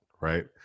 right